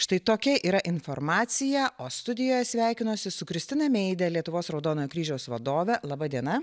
štai tokia yra informacija o studijoje sveikinuosi su kristina meide lietuvos raudonojo kryžiaus vadove laba diena